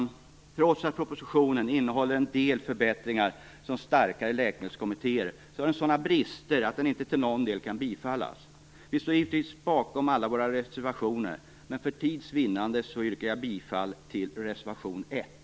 Trots att förslagen i propositionen innehåller en del förbättringar såsom starkare läkemedelskommittéer har de sådana brister att de inte till någon del kan bifallas. Vi står givetvis bakom alla våra reservationer, men för tids vinnande yrkar jag bara bifall till reservation 1.